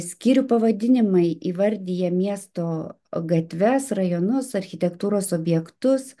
skyrių pavadinimai įvardija miesto gatves rajonus architektūros objektus